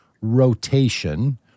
rotation